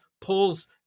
pulls